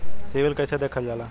CIBIL कैसे देखल जाला?